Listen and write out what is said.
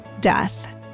death